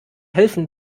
helfen